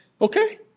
Okay